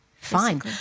Fine